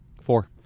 Four